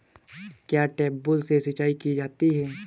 क्या ट्यूबवेल से सिंचाई की जाती है?